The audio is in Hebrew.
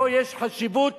פה יש חשיבות